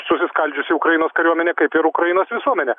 susiskaldžiusi ukrainos kariuomenė kaip ir ukrainos visuomenė